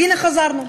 והנה, חזרנו.